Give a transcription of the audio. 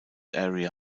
area